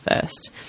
first